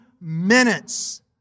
minutes